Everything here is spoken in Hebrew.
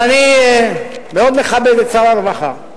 אני מאוד מכבד את שר הרווחה,